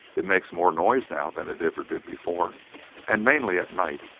it makes more noise now than it ever did before and mainly at night.